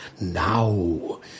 now